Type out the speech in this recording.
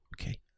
Okay